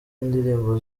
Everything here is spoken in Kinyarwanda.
indirimbo